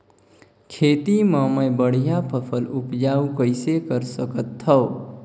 खेती म मै बढ़िया फसल उपजाऊ कइसे कर सकत थव?